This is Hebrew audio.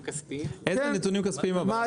איזה נתונים כספיים אבל?